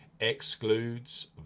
excludes